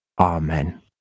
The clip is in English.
Amen